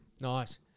Nice